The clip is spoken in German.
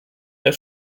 der